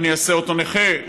אני אעשה אותו נכה.